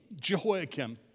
Jehoiakim